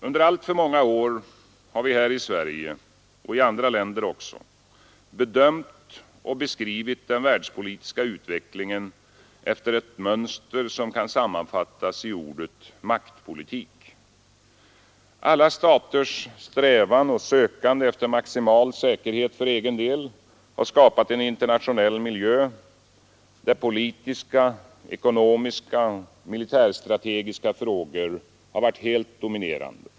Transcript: Under alltför många år har vi här i Sverige och i utlandet bedömt och beskrivit den världspolitiska utvecklingen efter ett mönster som kan sammanfattas i ordet maktpolitik. Alla staters sökande efter maximal säkerhet för egen del har skapat en internationell miljö där politiska, ekonomiska och militärstrategiska frågor varit helt dominerande.